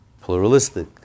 pluralistic